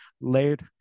layered